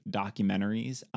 documentaries